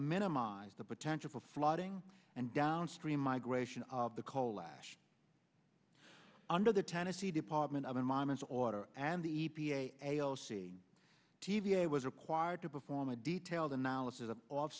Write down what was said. minimize the potential for flooding and downstream migration of the coal ash under the tennessee department of environment order and the e p a a o c t v a was required to perform a detailed analysis of